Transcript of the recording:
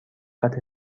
دقت